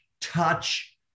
touch